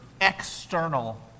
external